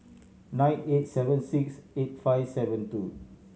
nine eight seven six eight five seven two